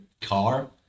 car